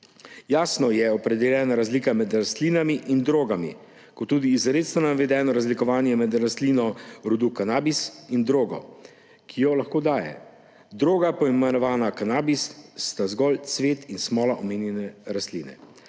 Jasno je opredeljena razlika med rastlinami in drogami ter tudi izrecno navedeno razlikovanje med rastlino rodu Cannabis in drogo, ki jo lahko daje. Droga, poimenovana kanabis, sta zgolj cvet in smola omenjene rastline.